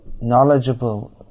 knowledgeable